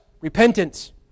Repentance